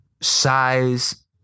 size